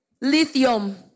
Lithium